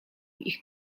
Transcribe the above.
ich